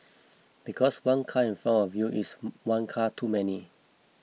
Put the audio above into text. because one car in front of you is one car too many